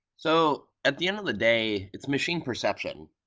so at the end of the day, its machine perception.